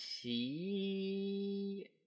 see